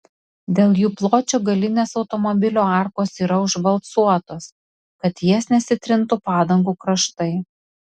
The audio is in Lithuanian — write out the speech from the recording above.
dėl jų pločio galinės automobilio arkos yra užvalcuotos kad į jas nesitrintų padangų kraštai